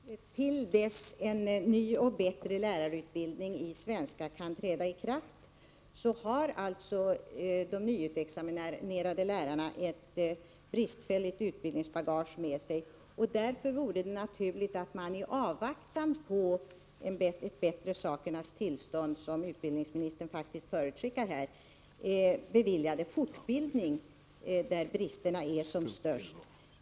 Herr talman! Till dess en ny och bättre lärarutbildning i svenska kan träda i kraft har alltså de nyutexaminerade lärarna ett bristfälligt utbildningsbagage med sig. Därför vore det naturligt att man i avvaktan på ett bättre sakernas tillstånd, som utbildningsministern faktiskt förutskickar, beviljade fortbildning där bristerna är som störst.